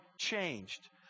changed